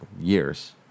years